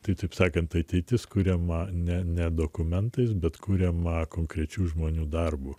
tai taip sakant ateitis kuriama ne ne dokumentais bet kuriama konkrečių žmonių darbu